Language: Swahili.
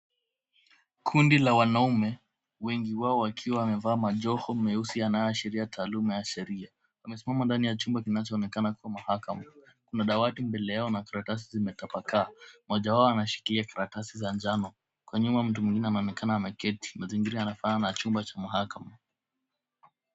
Kundi la wanaume wengi wao wakiwa wamevaa majoho meusi yanayoashiria taaluma ya sheria. Wamesimama ndani ya chumba kinachoonekana kuwa mahakama kuna dawati mbele yao na karatasi zimetabakaa Moja wao anashikilia karatasi za njano kwa nyuma mwingine anaonekana ameketi mazingira anafanana na chumba cha mahakama.